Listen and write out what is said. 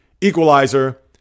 equalizer